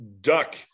duck